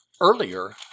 earlier